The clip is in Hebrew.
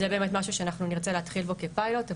זה באמת משהו שאנחנו נרצה להתחיל בו כפיילוט,